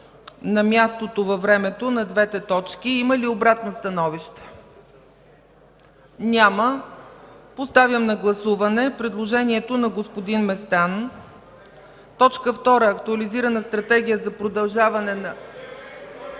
на мястото във времето на двете точки. Има ли обратно становище? Няма. Поставям на гласуване предложението на господин Местан точка втора – Актуализирана Стратегия за продължаване на...